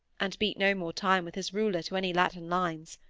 and beat no more time with his ruler to any latin lines.